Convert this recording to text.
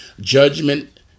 judgment